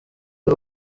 y’u